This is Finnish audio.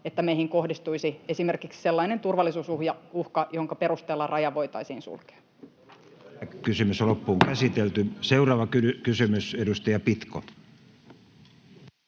että meihin kohdistuisi esimerkiksi sellainen turvallisuusuhka, jonka perusteella raja voitaisiin sulkea. Seuraava kysymys, edustaja Pitko.